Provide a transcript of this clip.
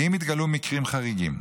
כי אם יתגלו מקרים חריגים,